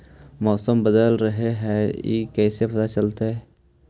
मौसम बदल रहले हे इ कैसे पता चलतै?